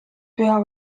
püha